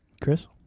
Chris